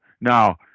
Now